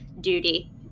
duty